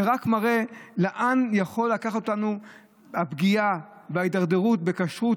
זה רק מראה לאן יכולה לקחת אותנו הפגיעה וההידרדרות בכשרות,